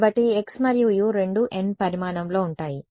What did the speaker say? కాబట్టి x మరియు u రెండూ n పరిమాణంలో ఉంటాయి